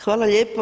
Hvala lijepo.